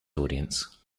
audience